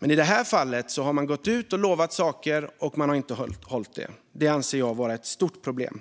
I det här fallet har man gått ut och lovat saker som man inte har hållit. Det anser jag vara ett stort problem.